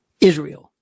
Israel